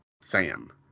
Sam